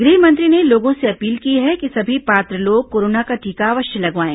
गृह मंत्री ने लोगों से अपील की है कि सभी पात्र लोग कोरोना का टीका अवश्य लगवाएं